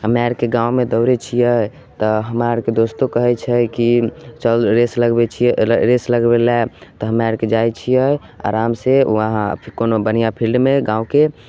हमे आरके गाममे दौड़ै छिए तऽ हमरा आरके दोस्तो कहै छै कि चल रेस लगबै छिए रेस लगबैले तऽ हमे आरके जाइ छिए आरामसे उहाँ कोनो बढ़िआँ फील्डमे गामके